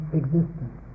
existence